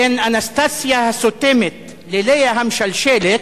בין אנסטסיה הסותמת לליה המשלשלת,